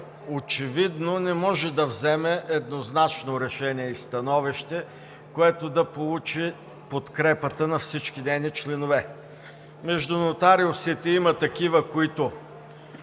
очевидно не може да вземе еднозначно решение и становище, което да получи подкрепата на всички нейни членове. Между нотариусите има такива, които